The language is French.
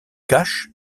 cash